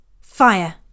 Fire